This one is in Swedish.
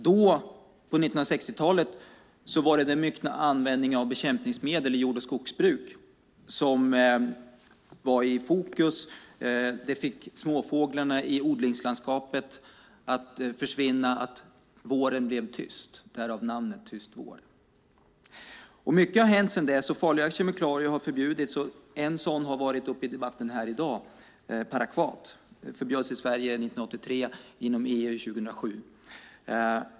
På 1960-talet var det den myckna användningen av bekämpningsmedel i jord och skogsbruk som var i fokus. Det fick småfåglarna i odlingslandskapet att försvinna, och våren blev tyst. Därav namnet Tyst vår . Mycket har hänt sedan dess. Farliga kemikalier har förbjudits. En sådan har varit uppe i debatten här i dag, nämligen parakvat. Det förbjöds i Sverige 1983 och i EU 2007.